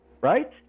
Right